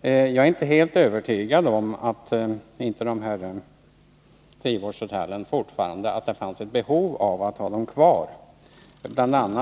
Jag är inte helt övertygad om att det inte finns ett behov av att ha frivårdshotellen kvar. Bl.